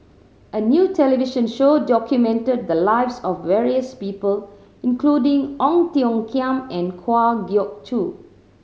a new television show documented the lives of various people including Ong Tiong Khiam and Kwa Geok Choo